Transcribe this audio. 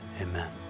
Amen